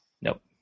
Nope